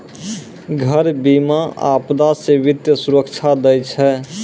घर बीमा, आपदा से वित्तीय सुरक्षा दै छै